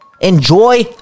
enjoy